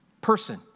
person